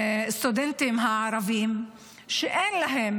מהסטודנטים הערבים שאין להם